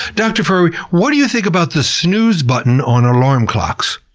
dr. ferrari, what do you think about the snooze button on alarm clocks?